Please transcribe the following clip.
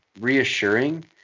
reassuring